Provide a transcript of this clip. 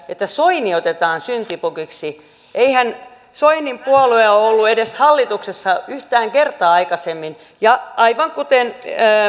että soini otetaan syntipukiksi eihän soinin puolue ole ollut edes hallituksessa yhtään kertaa aikaisemmin aivan kuten